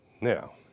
Now